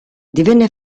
divenne